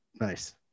Nice